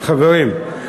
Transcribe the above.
חברים,